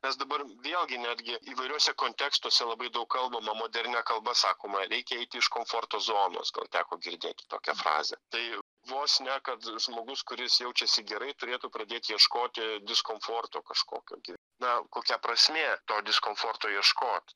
kas dabar vėlgi netgi įvairiuose kontekstuose labai daug kalbama modernia kalba sakoma reikia eiti iš komforto zonos gal teko girdėti tokią frazę tai vos ne kad žmogus kuris jaučiasi gerai turėtų pradėti ieškoti diskomforto kažkokio gi na kokia prasmė to diskomforto ieškot